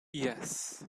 yes